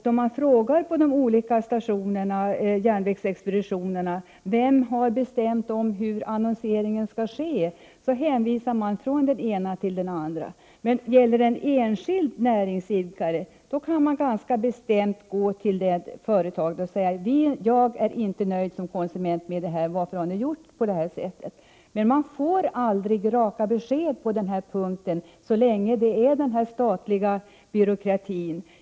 Då man frågar på de olika järnvägsexpeditionerna vem som har bestämt hur annonseringen skall ske, så hänvisas man från den ena till den andra. Men gäller det en enskild näringsidkare, kan man ganska säkert gå till företaget och säga: ”Jag är som konsument inte nöjd med det här, varför har ni gjort på det sättet?” Man får aldrig raka besked på den här punkten så länge den statliga byråkratin finns.